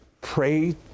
pray